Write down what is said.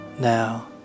now